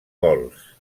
gols